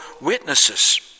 witnesses